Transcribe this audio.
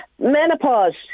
menopause